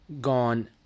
gone